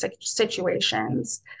situations